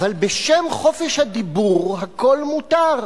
אבל בשם חופש הדיבור הכול מותר.